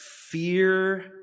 fear